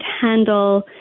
handle